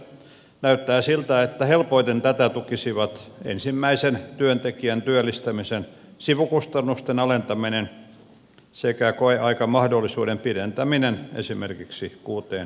näyttää siltä että helpoiten tätä tukisivat ensimmäisen työntekijän työllistämisen sivukustannusten alentaminen sekä koeaikamahdollisuuden pidentäminen esimerkiksi kuuteen kuukauteen